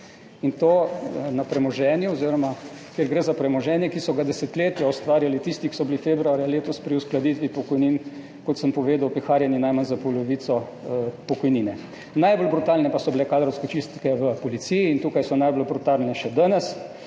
Svoboda po volitvah. In to, kjer gre za premoženje, ki so ga desetletja ustvarjali tisti, ki so bili februarja letos pri uskladitvi pokojnin, kot sem povedal, opeharjeni najmanj za polovico pokojnine. Najbolj brutalne pa so bile kadrovske čistke v policiji in tukaj so najbolj brutalne še danes.